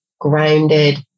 grounded